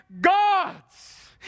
God's